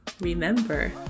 remember